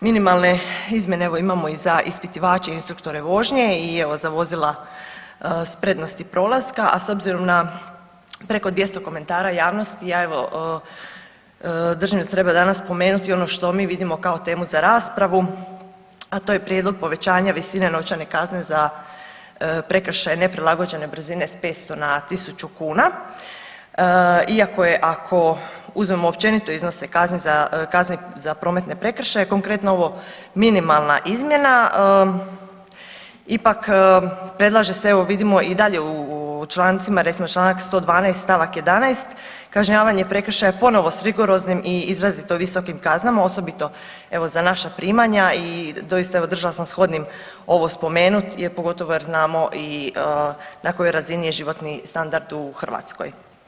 Minimalne izmjene evo imamo i za ispitivače instruktore vožnje i evo za vozila s prednosti prolaska, a s obzirom na preko 200 komentara javnosti ja evo držim da treba danas spomenuti ono što mi vidimo kao temu za raspravu, a to je prijedlog povećanja visine novčane kazne za prekršaj neprilagođene brzine s 500 na 1.000 kuna iako je ako uzmemo općenito iznose kazni za, kazni za prometne prekršaje, konkretno ovo minimalna izmjena, ipak predlaže se evo vidimo i dalje u člancima, recimo čl. 112. st. 11. kažnjavanje prekršaja ponovo s rigoroznim i izrazito visokim kaznama osobito evo za naša primanja i doista evo držala sam shodnim ovo spomenut jer pogotovo jer znamo i na kojoj je razini je životni standard u Hrvatskoj.